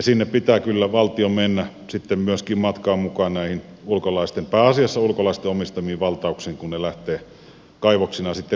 sinne pitää kyllä valtion mennä sitten myöskin matkaan mukaan näihin pääasiassa ulkolaisten omistamiin valtauksiin kun ne lähtevät kaivoksina sitten liikkeelle